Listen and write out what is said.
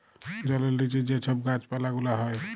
জলের লিচে যে ছব গাহাচ পালা গুলা হ্যয়